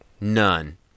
none